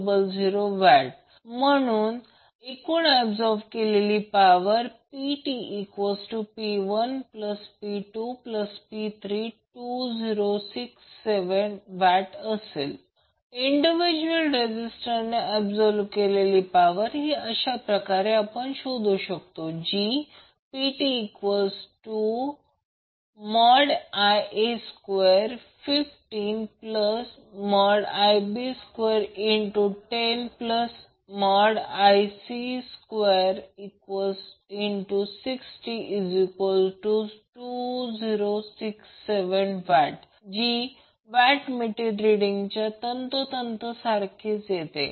87°600W म्हणून एकूण ऍबसॉर्ब केलेली पॉवर PTP1P2P32067W इंडिव्हिज्युअल रेजिस्टर ने ऍबसॉर्ब केलेली पॉवर अशाप्रकारे शोधू शकतो PTIa215Ib210Ic262067W जी वॅटमीटर रिडींगच्या तंतोतंत सारखी आहे